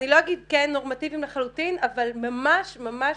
אני לא אגיד נורמטיביים לחלוטין, אבל ממש ממש